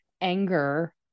anger